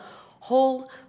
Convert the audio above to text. whole